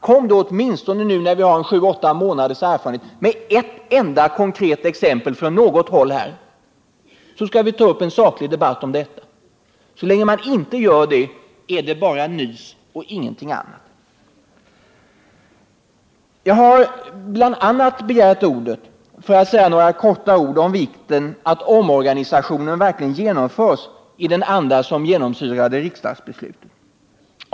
Kom åtminstone nu, när vi har 7-8 månaders erfarenhet, med ett enda konkret exempel från något håll, så skall vi ta upp en saklig debatt om detta. Så länge man inte anför något exempel är det bara nys och ingenting annat. Jag har begärt ordet bl.a. för att säga något om vikten av att omorganisationen verkligen genomförs i den anda som genomsyrade riksdagsbeslutet.